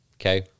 okay